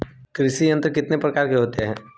कृषि यंत्र कितने प्रकार के होते हैं?